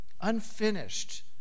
unfinished